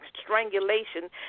strangulation